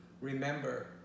remember